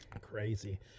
Crazy